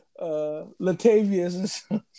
Latavius